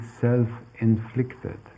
self-inflicted